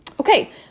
Okay